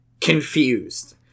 confused